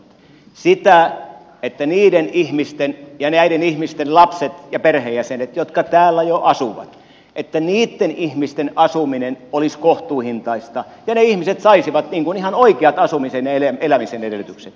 sitä että niiden ihmisten ja heidän lastensa ja perheenjäsentensä jotka täällä jo asuvat asuminen olisi kohtuuhintaista ja ne ihmiset saisivat ihan oikeat asumisen ja elämisen edellytykset